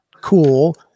cool